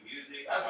Music